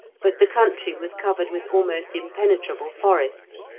but the country was covered with almost impenetrable forests,